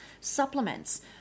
supplements